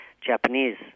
Japanese